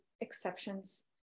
exceptions